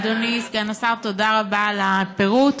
אדוני סגן השר, תודה רבה על הפירוט.